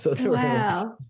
Wow